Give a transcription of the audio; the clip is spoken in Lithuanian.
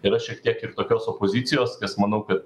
yra šiek tiek ir tokios opozicijos nes manau kad